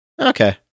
Okay